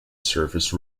surface